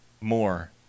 more